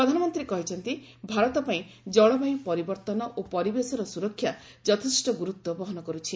ପ୍ରଧାନମନ୍ତ୍ରୀ କହିଛନ୍ତି ଭାରତ ପାଇଁ ଜଳବାୟୁ ପରିବର୍ତ୍ତନ ଓ ପରିବେଶର ସୁରକ୍ଷା ଯଥେଷ୍ଟ ଗୁରୁତ୍ୱ ବହନ କରୁଛି